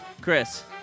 Chris